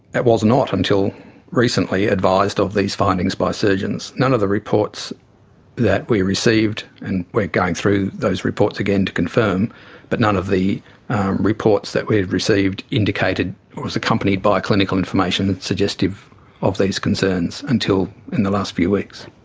was not until recently advised of these findings by surgeons. none of the reports that we received and we're going through those reports again to confirm but none of the reports that we've received indicated or was accompanied by clinical information suggestive of these concerns until in the last few weeks.